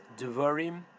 Devarim